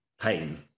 pain